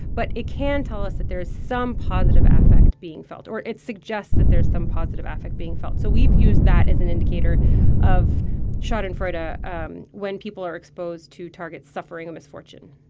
but it can tell us that there is some positive affect being felt, or it suggests that there's some positive affect being felt. so we've used that as an indicator of schadenfreude ah um when people are exposed to targets suffering a misfortune